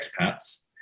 expats